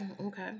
okay